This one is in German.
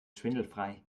schwindelfrei